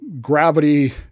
gravity